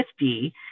50